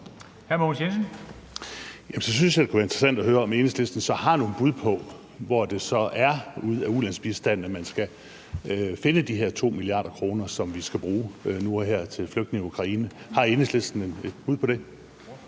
Så synes jeg, det kunne være interessant at høre, om Enhedslisten så har nogle bud på, hvor det er i ulandsbistanden man skal finde de her 2 mia. kr., som vi skal bruge nu og her til flygtninge i Ukraine. Har Enhedslisten et bud på det?